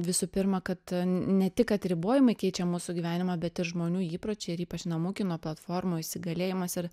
visų pirma kad ne tik kad ribojimai keičia mūsų gyvenimą bet ir žmonių įpročiai ir ypač namų kino platformų įsigalėjimas ir